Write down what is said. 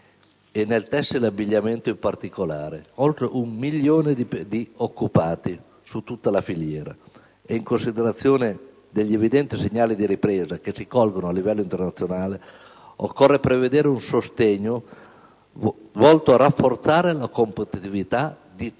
tessile-abbigliamento in particolare, che conta oltre un milione di occupati su tutta la filiera. In considerazione degli evidenti segnali di ripresa che si colgono a livello internazionale, occorre prevedere un sostegno volto a rafforzare la competitività di tutto